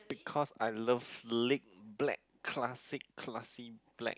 because I love sleek black classic classy black